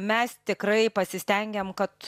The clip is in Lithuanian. mes tikrai pasistengėm kad